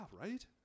right